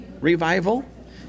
revival